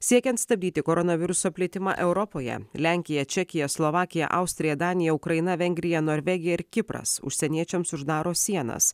siekiant stabdyti koronaviruso plitimą europoje lenkija čekija slovakija austrija danija ukraina vengrija norvegija ir kipras užsieniečiams uždaro sienas